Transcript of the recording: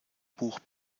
buch